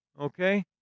Okay